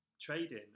trading